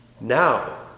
Now